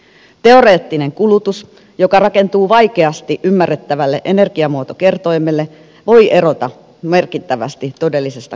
teoreettinen kulutus joka rakentuu vaikeasti ymmärrettävälle energiamuotokertoimelle voi erota merkittävästi todellisesta kulutuksesta